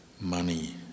money